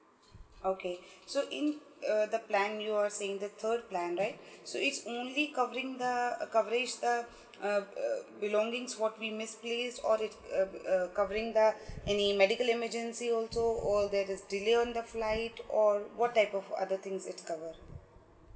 okay so in uh the plan you are saying the third plan right so it's only covering the uh coverage uh uh uh belongings for being misplaced or it's uh uh covering the any medical emergency also or there is delay on the flight or what type of other things is covered